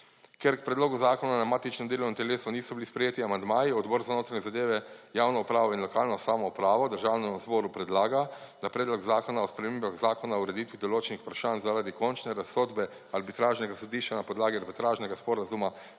Ker k predlogu zakona na matičnem delovnem telesu niso bili sprejeti amandmaji, Odbor za notranje zadeve, javno upravo in lokalno samoupravo Državnemu zboru predlaga, da Predlog zakona o spremembah Zakona o ureditvi določenih vprašanj zaradi končne razsodbe arbitražnega sodišča na podlagi Arbitražnega sporazuma